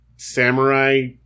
Samurai